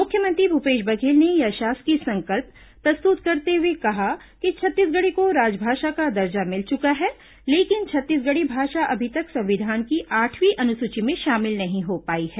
मुख्यमंत्री भूपेश बघेल ने यह शासकीय संकल्प प्रस्तुत करते हुए कहा कि छत्तीसगढ़ी को राजभाषा का दर्जा मिल चुका है लेकिन छत्तीसगढ़ी भाषा अभी तक संविधान की आठवीं अनुसूची में शामिल नहीं हो पाई है